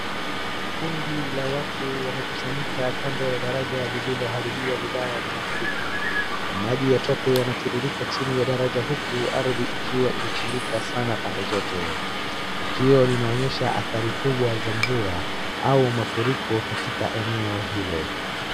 Kundi la watu wamekusanyika kando ya daraja lililoharibiwa vibaya na mafuriko. Maji ya tope yanatiririka chini ya daraja uku ardhi ikiwa imechimbika sana pande zote. Tukio linaonyesha adhari kubwa za mvua au mafuriko katika eneo hilo.